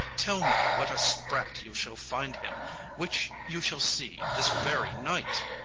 tell me what a sprat you shall find him which you shall see this very night.